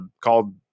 called